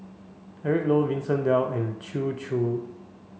Eric Low Vincent Leow and Chew Choo